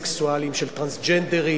הממשלה לעת הזאת התנגדה לחוק,